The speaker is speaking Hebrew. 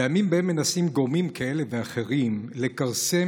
בימים שבהם מנסים גורמים כאלה ואחרים לכרסם